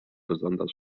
besonders